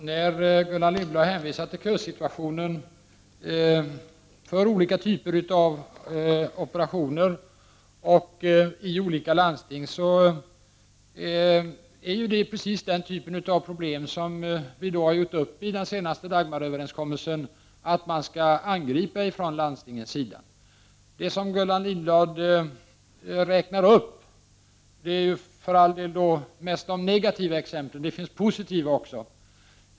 Herr talman! Gullan Lindblad hänvisar till kösituationen för olika typer av operationer i olika landsting. Det är ju precis den sortens problem som man enligt den senaste Dagmaröverenskommelsen skall angripa från landstingens sida. Gullan Lindblad ger för all del mest negativa exempel; det finns också positiva.